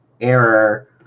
error